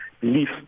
belief